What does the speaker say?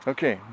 Okay